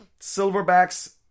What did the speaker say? Silverbacks